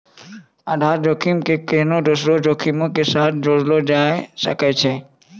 आधार जोखिम के कोनो दोसरो जोखिमो के साथ नै जोड़लो जाय सकै छै